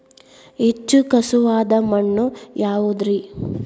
ಹೆಚ್ಚು ಖಸುವಾದ ಮಣ್ಣು ಯಾವುದು ರಿ?